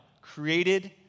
Created